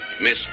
Miss